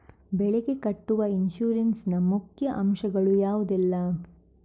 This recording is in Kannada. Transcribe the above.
ಬೆಳೆಗೆ ಕಟ್ಟುವ ಇನ್ಸೂರೆನ್ಸ್ ನ ಮುಖ್ಯ ಅಂಶ ಗಳು ಯಾವುದೆಲ್ಲ?